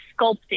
sculpting